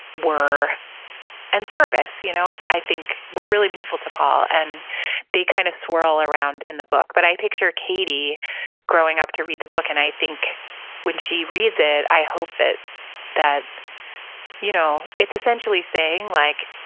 were in and service, you know? i think were really meaningful to paul, and they kind of swirl around in the book, but i picture katie growing up to read the book, and i think when she reads it, i hope that that you know it's essentially saying, like